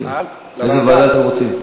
איזה ועדה אתם רוצים?